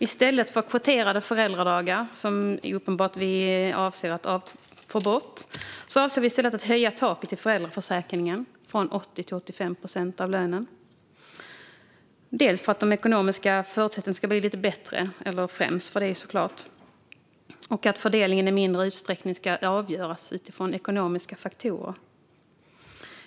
I stället för kvoterade föräldradagar, något som vi avser att få bort, vill vi höja taket i föräldraförsäkringen från 80 till 85 procent av lönen, främst för att de ekonomiska förutsättningarna ska bli lite bättre men också för att fördelningen i mindre utsträckning ska avgöras av ekonomiska faktorer.